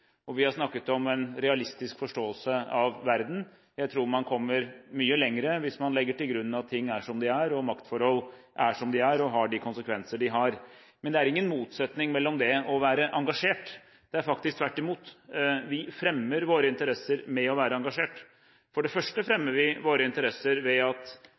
Vi har snakket om en realistisk forståelse av verden. Jeg tror man kommer mye lenger hvis man legger til grunn at ting er som de er, og at maktforhold er som de er, og har de konsekvenser de har. Men det er ingen motsetning mellom det og det å være engasjert, det er faktisk tvert imot. Vi fremmer våre interesser med å være engasjert. Vi fremmer våre interesser ved at